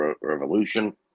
revolution